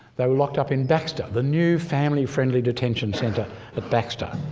they were locked up in baxter, the new family-friendly detention centre at baxter.